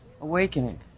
awakening